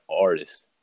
artists